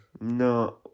No